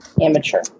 amateur